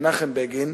מנחם בגין,